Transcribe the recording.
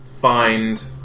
find